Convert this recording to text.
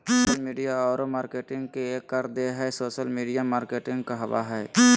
social media औरो marketing के एक कर देह हइ सोशल मिडिया मार्केटिंग कहाबय हइ